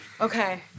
Okay